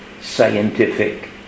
scientific